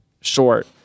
short